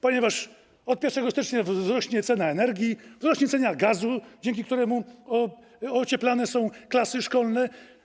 Ponieważ od 1 stycznia wzrośnie cena energii, wzrośnie cena gazu, dzięki któremu ocieplane są klasy szkolne.